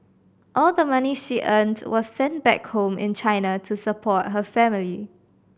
all the money she earned was sent back home in China to support her family